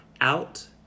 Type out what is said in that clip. out